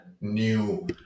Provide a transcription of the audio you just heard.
new